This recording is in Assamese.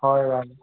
হয় বাৰু